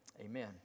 Amen